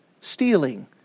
stealing